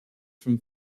from